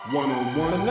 one-on-one